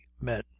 men